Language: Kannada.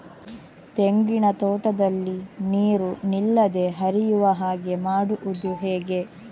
ತೆಂಗಿನ ತೋಟದಲ್ಲಿ ನೀರು ನಿಲ್ಲದೆ ಹರಿಯುವ ಹಾಗೆ ಮಾಡುವುದು ಹೇಗೆ?